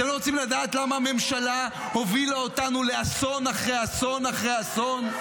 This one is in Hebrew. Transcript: אתם לא רוצים לדעת למה הממשלה הובילה אותנו לאסון אחרי אסון אחרי אסון?